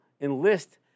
enlist